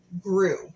grew